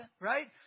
right